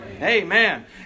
Amen